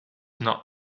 not